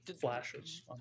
flashes